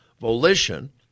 volition